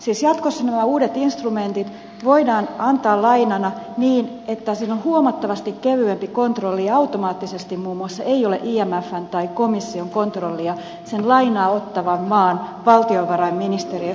siis jatkossa nämä uudet instrumentit voidaan antaa lainana niin että siinä on huomattavasti kevyempi kontrolli ja muun muassa ei automaattisesti ole imfn tai komission kontrollia lainaa ottavan maan valtiovarainministeriössä